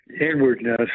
Inwardness